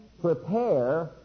prepare